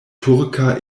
turka